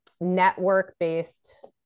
network-based